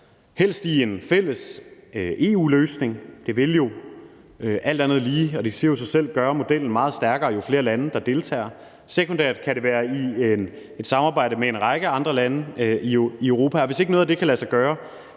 helst i en fælles EU-løsning. Det vil jo alt andet lige, det siger sig selv, gøre modellen meget stærkere, jo flere lande, der deltager. Sekundært kan det være i et samarbejde med en række andre lande i Europa, og hvis ikke noget af det kan lade sig gøre,